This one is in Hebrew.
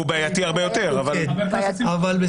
הוא הרבה יותר בעייתי.